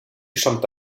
bestand